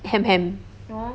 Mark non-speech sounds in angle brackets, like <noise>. <laughs>